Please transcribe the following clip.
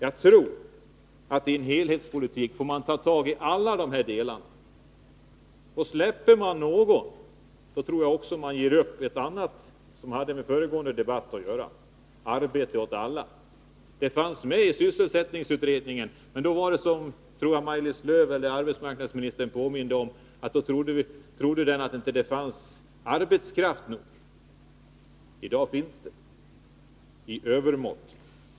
Jag tror att man i en helhetspolitik får ta tag i alla de olika delarna. Släpper man någon tror jag att man också måste uppge det som diskuterades i föregående debatt, nämligen arbete åt alla. Det målet fanns med i sysselsättningsutredningen, men man trodde inte, som Maj-Lis Lööw och arbetsmarknadsministern påminde om, att det fanns arbetskraft nog. I dag finns det i övermått.